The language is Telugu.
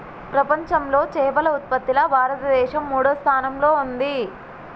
ప్రపంచంలా చేపల ఉత్పత్తిలా భారతదేశం మూడో స్థానంలా ఉంది